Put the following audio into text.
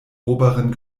oberen